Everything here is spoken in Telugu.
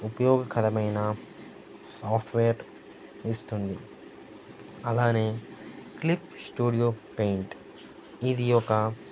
ఉపయోగకరమైన సాఫ్ట్వేర్ ఇస్తుంది అలానే క్లిప్ స్టూడియో పెయింట్ ఇది ఒక